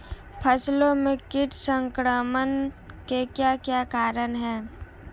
फसलों में कीट संक्रमण के क्या क्या कारण है?